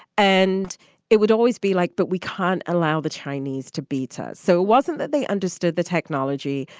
and it would always be like, but we can't allow the chinese to beat us. so it wasn't that they understood the technology.